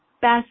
best